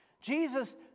Jesus